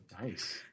Nice